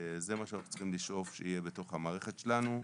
זה מה שאנחנו צריכים לשאוף שיהיה בתוך המערכת שלנו.